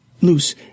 loose